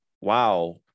wow